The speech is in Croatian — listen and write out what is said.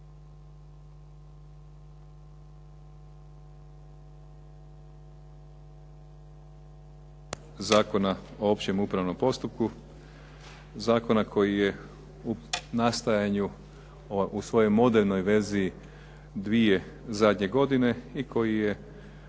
Zakona o općem upravnom postupku, zakona koji je u nastajanju, u svojoj modernoj verziji dvije zadnje godine i koji je